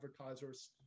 advertisers